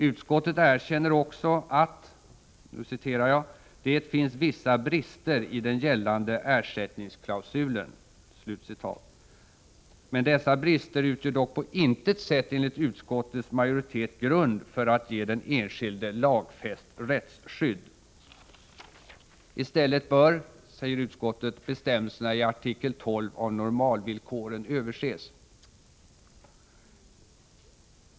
Utskottet erkänner också att ”det finns vissa brister i den gällande ersättningsklausulen”, men dessa brister utgör dock på intet sätt enligt utskottets majoritet grund för att ge den enskilde lagfäst rättsskydd. I stället bör, säger utskottet, bestämmelserna i normalvillkorens artikel 12 överses.